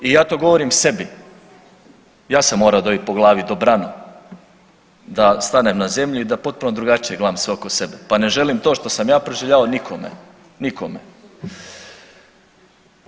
I ja to govorim sebi, ja sam morao dobit po glavi dobrano da stanem na zemlju i da potpuno drugačije gledam sve oko sebe, pa ne želim to što sam ja proživljavao nikome, nikome.